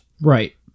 right